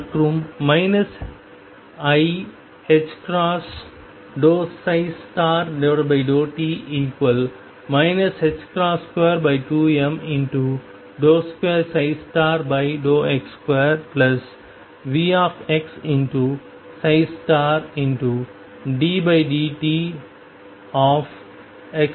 மற்றும் iℏ∂t 22m2x2Vx